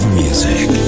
music